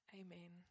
amen